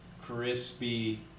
crispy